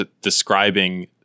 describing